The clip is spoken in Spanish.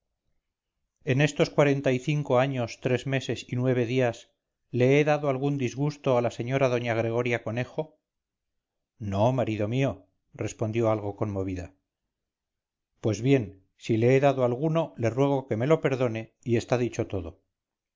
en estos cuarenta y cinco años tres meses y nueve días le he dado algún disgusto a la señora doña gregoria conejo no marido mío respondió algo conmovida pues bien si le he dado alguno le ruego que me lo perdone y está dicho todo